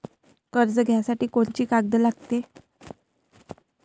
कर्ज घ्यासाठी कोनची कागद लागते?